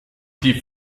die